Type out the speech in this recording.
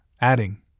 adding